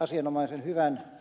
asianomaisen hyvän käsittelyn